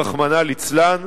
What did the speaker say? רחמנא ליצלן,